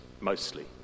mostly